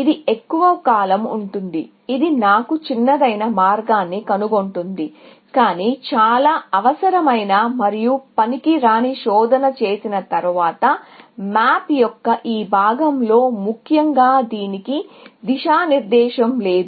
ఇది ఎక్కువ కాలం ఉంటుంది ఇది నాకు చిన్నదైన మార్గాన్ని కనుగొంటుంది కానీ చాలా అనవసరమైన మరియు పనికిరాని శోధన చేసిన తరువాత మ్యాప్ యొక్క ఈ భాగంలో ముఖ్యంగా దీనికి దిశానిర్దేశం లేదు